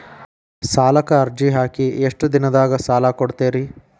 ಸಾಲಕ ಅರ್ಜಿ ಹಾಕಿ ಎಷ್ಟು ದಿನದಾಗ ಸಾಲ ಕೊಡ್ತೇರಿ?